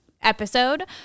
episode